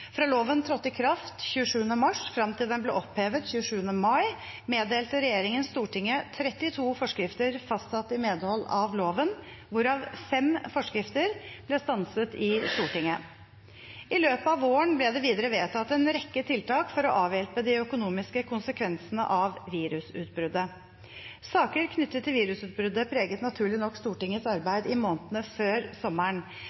Fra loven trådte i kraft 27. mars, og frem til den ble opphevet 27. mai, meddelte regjeringen Stortinget 32 forskrifter fastsatt i medhold av loven, hvorav fem forskrifter ble stanset i Stortinget. I løpet av våren ble det videre vedtatt en rekke tiltak for å avhjelpe de økonomiske konsekvensene av virusutbruddet. Saker knyttet til virusutbruddet preget naturlig nok Stortingets